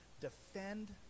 defend